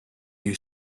you